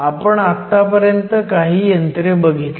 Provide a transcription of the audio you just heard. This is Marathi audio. आपण आत्तापर्यंत काही यंत्रे बघितली